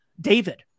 David